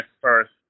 first